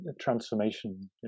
transformation